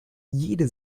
jede